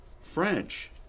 French